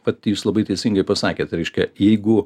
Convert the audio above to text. pati jūs labai teisingai pasakė reiškia jeigu